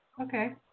Okay